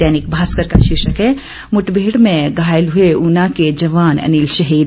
दैनिक भास्कर का शीर्षक है मुठभेड़ में घायल हुए ऊना के जवान अनिल शहीद